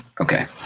Okay